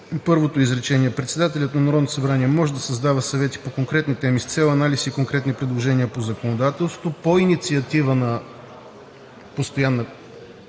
първото изречение „председателят на Народното събрание може да създава съвети по конкретни теми с цел анализ и конкретни предложения по законодателството по инициатива на“.